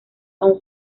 aún